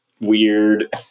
weird